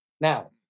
Now-